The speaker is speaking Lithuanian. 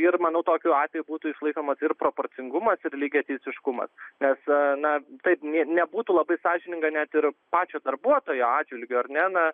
ir manau tokiu atveju būtų išlaikomas ir proporcingumas ir lygiateisiškumas nes na taip nebūtų labai sąžininga net ir pačio darbuotojo atžvilgiu ar ne na